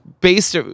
Based